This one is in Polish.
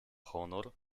honor